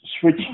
switch